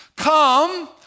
Come